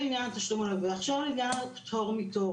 עכשיו לעניין הפטור מתור.